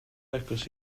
agos